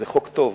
זה חוק טוב.